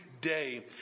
day